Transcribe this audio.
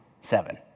seven